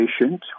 patient